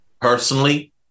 personally